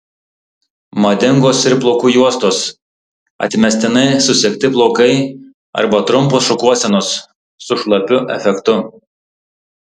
madingos ir plaukų juostos atmestinai susegti plaukai arba trumpos šukuosenos su šlapiu efektu